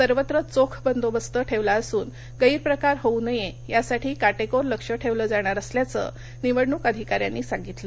सर्वत्र चोख बंदोबस्त ठेवला असून गैरप्रकार होऊ नये यासाठी काटेकोर लक्ष ठेवलं जाणार असल्याचं निवडणूक अधिकाऱ्यांनी सांगितलं